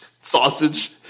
sausage